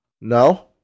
No